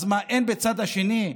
אז מה, אין בצד השני?